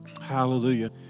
Hallelujah